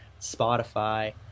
Spotify